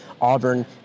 Auburn